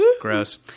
Gross